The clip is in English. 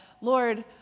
Lord